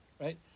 Right